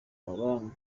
amabanki